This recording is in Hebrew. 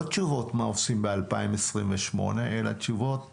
תשובות של מה עושים ב- 2028 אלא תשובות תכלס.